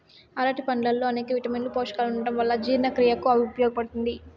అరటి పండ్లల్లో అనేక విటమిన్లు, పోషకాలు ఉండటం వల్ల జీవక్రియకు సహాయపడుతాది